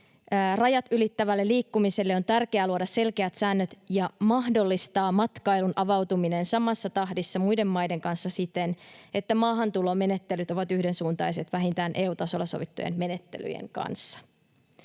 rajat ylittävälle liikkumiselle on tärkeää luoda selkeät säännöt ja mahdollistaa matkailun avautuminen samassa tahdissa muiden maiden kanssa siten, että maahantulomenettelyt ovat yhdensuuntaiset vähintään EU-tasolla sovittujen menettelyjen kanssa.